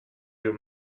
you